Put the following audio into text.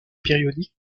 périodique